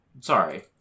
Sorry